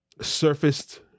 surfaced